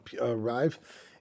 arrive